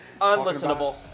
Unlistenable